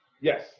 Yes